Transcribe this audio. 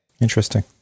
Interesting